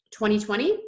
2020